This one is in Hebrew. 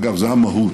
אגב, זו המהות.